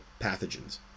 pathogens